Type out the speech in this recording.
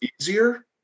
easier